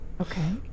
Okay